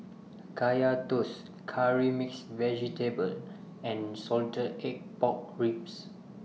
Kaya Toast Curry Mixed Vegetable and Salted Egg Pork Ribs